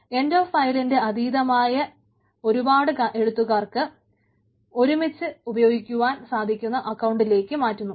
end of ഫയലിന്റെ അതീതമായി ഒറ്റുപാട് എഴുത്തുകാർക്ക് ഒരുമിച്ച് ഉപയോഗിക്കുവാൻ സാധിക്കുന്ന അക്കൌണ്ടിലേക്ക് മാറ്റുന്നു